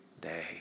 day